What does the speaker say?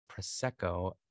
prosecco